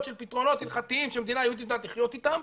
של פתרונות הלכתיים שמדינה יהודית יודעת לחיות איתם,